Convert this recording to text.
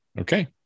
Okay